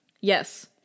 yes